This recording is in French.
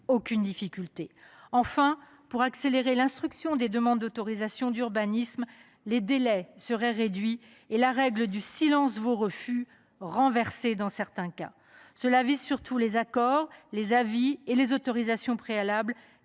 aucune difficulté. Enfin, pour accélérer l’instruction des demandes d’autorisation d’urbanisme, les délais seraient réduits et la règle du « silence vaut refus » renversée dans certains cas. Sont surtout visés les avis, accords et autorisations préalables